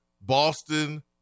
Boston